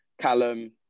Callum